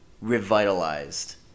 revitalized